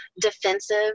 defensive